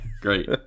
great